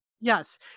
Yes